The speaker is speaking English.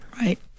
Right